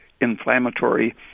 inflammatory